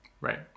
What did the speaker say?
right